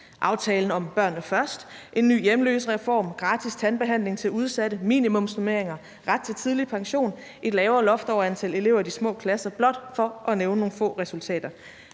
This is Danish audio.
Aftalen om »Børnene Først«, en ny hjemløsereform, gratis tandbehandling til udsatte, minimumsnormeringer, ret til tidlig pension, et lavere loft over antal elever i de små klasser – blot for at nævne nogle få resultater.